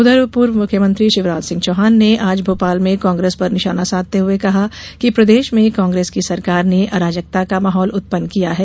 उधर पूर्व मुख्यमंत्री शिवराज सिंह चौहान ने आज भोपाल में कांग्रेस पर निशाना साधते हुए कहा कि प्रदेश में कांग्रेस की सरकार ने अराजकता का माहौल उत्पन्न किया है